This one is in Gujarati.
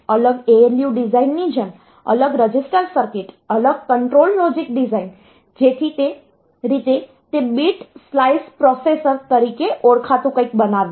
અલગ ALU ડિઝાઇનની જેમ અલગ રજિસ્ટર સર્કિટ અલગ કંટ્રોલ લોજિક ડિઝાઇન જેથી તે રીતે તે બીટ સ્લાઇસ પ્રોસેસર તરીકે ઓળખાતું કંઈક બનાવ્યું